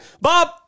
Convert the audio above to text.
Bob